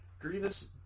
Grievous